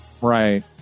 right